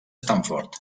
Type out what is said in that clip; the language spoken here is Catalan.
stanford